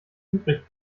übrig